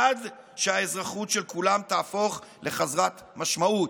עד שהאזרחות של כולם תהפוך לחסרת משמעות.